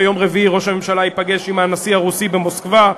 ביום רביעי ראש הממשלה ייפגש עם הנשיא הרוסי במוסקבה,